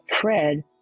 Fred